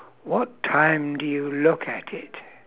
what time do you look at it